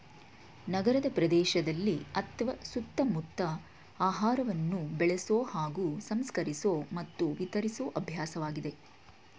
ನಗರಪ್ರದೇಶದಲ್ಲಿ ಅತ್ವ ಸುತ್ತಮುತ್ತ ಆಹಾರವನ್ನು ಬೆಳೆಸೊ ಹಾಗೂ ಸಂಸ್ಕರಿಸೊ ಮತ್ತು ವಿತರಿಸೊ ಅಭ್ಯಾಸವಾಗಿದೆ